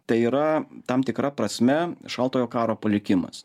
tai yra tam tikra prasme šaltojo karo palikimas